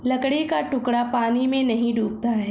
लकड़ी का टुकड़ा पानी में नहीं डूबता है